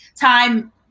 time